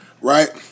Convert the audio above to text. Right